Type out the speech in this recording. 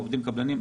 עובדים עם קבלנים,